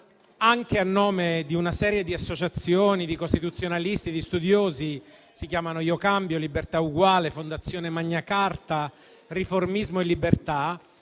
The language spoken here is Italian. anche a nome di una serie di associazioni di costituzionalisti e di studiosi (si chiamano ioCambio, Libertà Eguale, Fondazione Magna Carta, Riformismo e libertà).